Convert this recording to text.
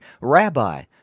Rabbi